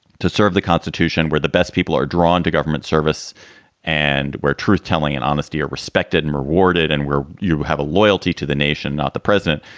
to serve the constitution, we're the best people are drawn to government service and where truth telling and honesty are respected and rewarded and where you have a loyalty to the nation, not the president.